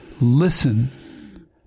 listen